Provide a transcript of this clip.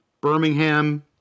Birmingham